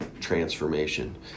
transformation